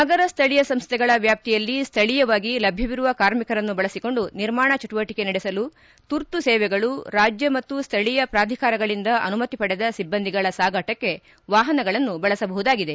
ನಗರ ಸ್ಥಳೀಯ ಸಂಸ್ಥೆಗಳ ವ್ಯಾಪ್ತಿಯಲ್ಲಿ ಸ್ಥಳೀಯವಾಗಿ ಲಭ್ಯವಿರುವ ಕಾರ್ಮಿಕರನ್ನು ಬಳಸಿಕೊಂಡು ನಿರ್ಮಾಣ ಚಟುವಟಿಕೆ ನಡೆಸಲು ತುರ್ತು ಸೇವೆಗಳು ರಾಜ್ಯ ಮತ್ತು ಸ್ಥಳೀಯ ಪ್ರಾಧಿಕಾರಗಳಿಂದ ಅನುಮತಿ ಪಡೆದ ಸಿಬ್ಬಂದಿಗಳ ಸಾಗಾಟಕ್ಕೆ ವಾಹನಗಳನ್ನು ಬಳಸಬಹುದಾಗಿದೆ